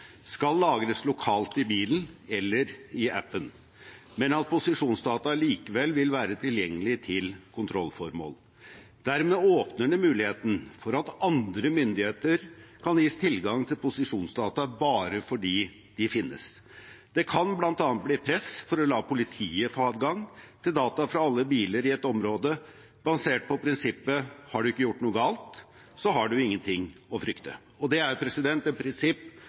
skal lagres lokalt i bilen eller i appen, men at posisjonsdata likevel vil være tilgjengelig til kontrollformål. Dermed åpner det muligheten for at andre myndigheter kan gis tilgang til posisjonsdata, bare fordi de finnes. Det kan bl.a. bli press for å la politiet få adgang til data fra alle biler i et område, basert på prinsippet «har du ikke gjort noe galt, har du ingenting å frykte». Det er et prinsipp